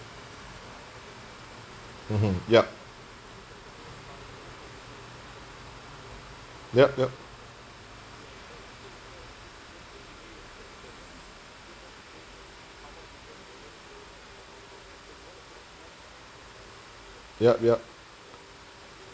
mmhmm ya yup yup yup yup